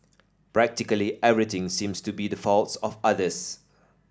practically everything seems to be the fault of others